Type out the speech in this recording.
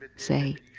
say,